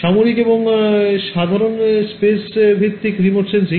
সামরিক এবং সাধারণ স্পেস ভিত্তিক রিমোট সেন্সিং